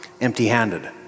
Empty-handed